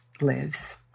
lives